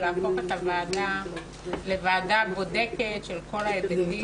להפוך את הוועדה לוועדה בודקת של כל ההיבטים.